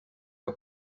que